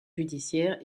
judiciaire